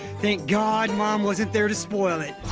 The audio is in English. thank god mom wasn't there to spoil it.